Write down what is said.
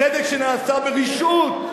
צדק שנעשה ברשעות,